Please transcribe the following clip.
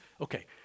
okay